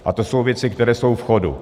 A to jsou věci, které jsou v chodu.